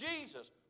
Jesus